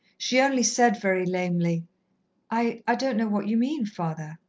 she only said very lamely i i don't know what you mean, father.